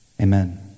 Amen